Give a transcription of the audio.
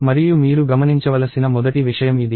మరియు మీరు గమనించవలసిన మొదటి విషయం ఇది